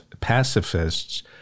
pacifists